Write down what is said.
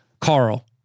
Carl